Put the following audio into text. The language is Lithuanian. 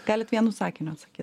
galit vienu sakiniu atsakyt